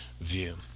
view